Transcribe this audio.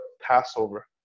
Passover